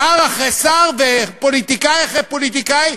שר אחרי שר ופוליטיקאי אחרי פוליטיקאי,